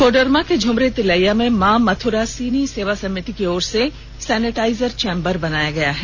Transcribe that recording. कोडरमा के झूमरीतिलैया में मां मथुरासीनी सेवा समिति की ओर से सैनिटाइजर चेंबर बनाया गया है